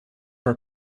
were